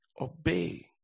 obey